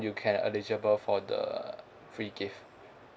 you can eligible for the free gift